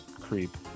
creep